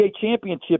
championship